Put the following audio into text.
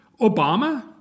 Obama